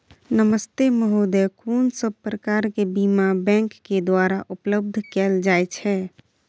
नमस्ते महोदय, कोन सब प्रकार के बीमा बैंक के द्वारा उपलब्ध कैल जाए छै?